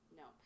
no